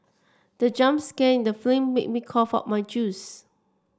the jump scare in the film made me cough out my juice